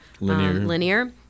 linear